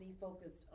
focused